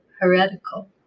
heretical